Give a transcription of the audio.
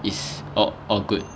is all all good